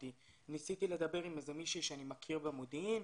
ניסיתי לדבר עם מישהו שאני מכיר במודיעין,